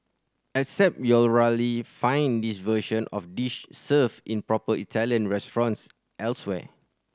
except you'll rarely find this version of dish served in proper Italian restaurants elsewhere